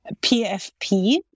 PFP